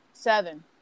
seven